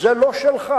זה לא שלך.